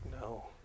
no